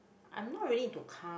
I'm not really into car